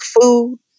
Food